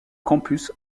campus